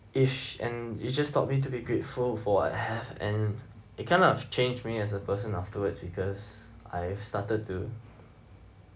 each~ and it just taught me to be grateful for what I have and it kind of changed me as a person afterwards because I've started to